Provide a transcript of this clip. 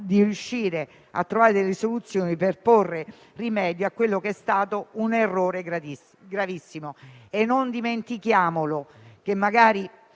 di riuscire a trovare delle soluzioni per porre rimedio a quello che è stato un errore gravissimo. Non dimentichiamolo, evitiamo